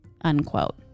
unquote